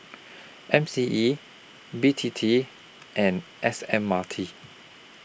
M C E B T T and S M R T